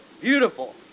beautiful